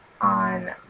on